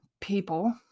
people